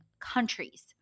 countries